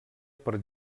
per